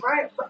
Right